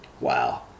wow